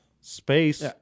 space